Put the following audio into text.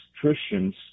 Christians